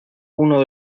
uno